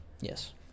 Yes